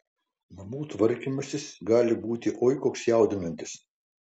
namų tvarkymasis gali būti oi koks jaudinantis